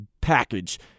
package